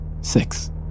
Six